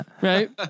right